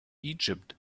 egypt